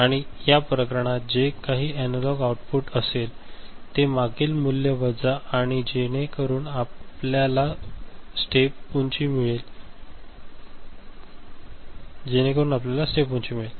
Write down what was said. आणि या प्रकरणात जे काही एनालॉग आउटपुट असेलते मागील मूल्य वजा आहे जेणेकरून आपल्याला स्टेप उंची मिळेल